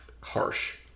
Harsh